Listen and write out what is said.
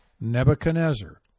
Nebuchadnezzar